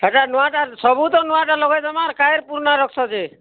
ହେଟା ନୂଆଁଟା ସବୁ ତ ନୂଆଁଟା ଲଗେଇଦେମାଁ କାଇଁ ପୁରୁଣା ରକ୍ ସେ ଯେ